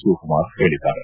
ಶಿವಕುಮಾರ್ ಹೇಳಿದ್ದಾರೆ